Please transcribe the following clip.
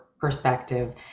perspective